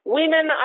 Women